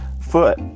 foot